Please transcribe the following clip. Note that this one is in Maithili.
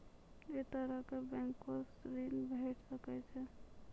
ऐ तरहक बैंकोसऽ ॠण भेट सकै ये?